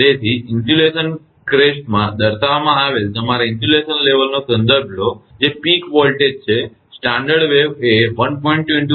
તેથી ઇન્સ્યુલેશન ક્રેસ્ટમાં દર્શાવવામાં આવેલા તમારા ઇન્સ્યુલેશન લેવલનો સંદર્ભ લો જે પીક વોલ્ટેજ છે સ્ટાંડર્ડ વેવ એ 1